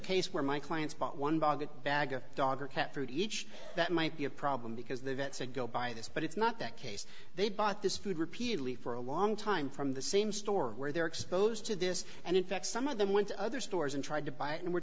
case where my clients bought one dog bag of dog or cat food each that might be a problem because the vet said go buy this but it's not the case they've bought this food repeatedly for a long time from the same store where they're exposed to this and in fact some of them went to other stores and tried to buy it and were